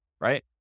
Right